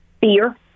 fear